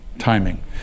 timing